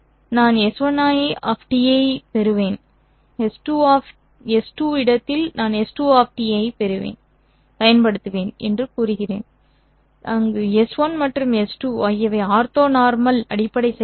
நான் S1 ஐப் பெறுவேன் S2 இடத்தில் நான் S2 ஐப் பயன்படுத்துவேன் என்று கூறுவேன் அங்கு S1 மற்றும் S2 ஆகியவை ஆர்த்தோனார்மல் அடிப்படை செயல்பாடு